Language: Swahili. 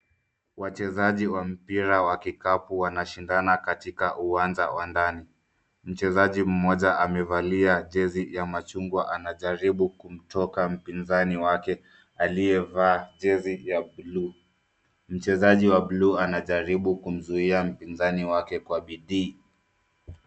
Wachezaji wa mpira wa kikapu wanashindana katika uwanja wa ndani. Mchezaji mmoja amevalia jezi ya machungwa anajaribu kumtoka mpinzani wake aliyevaa jezi ya bluu. Mchezaji wa bluu anajaribu kumzuia mpinzani wake kwa bidii.